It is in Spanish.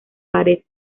pared